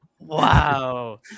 Wow